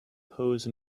pose